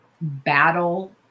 battle